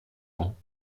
ans